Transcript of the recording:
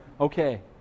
okay